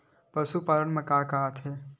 पशुपालन मा का का आथे?